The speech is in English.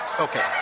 okay